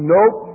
Nope